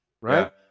Right